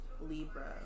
Libra